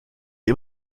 les